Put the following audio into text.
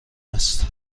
است